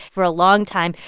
for a long time,